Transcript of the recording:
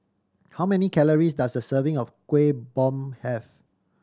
how many calories does a serving of Kuih Bom have